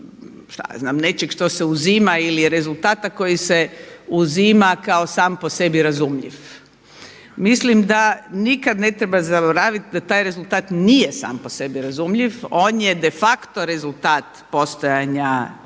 nečeg što se uzima ili rezultata koji se uzima kao sam po sebi razumljiv. Mislim da nikad ne treba zaboraviti da taj rezultat nije sam po sebi razumljiv on je defacto rezultat postojanja Europske